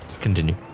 Continue